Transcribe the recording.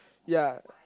ya